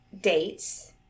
dates